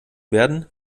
werden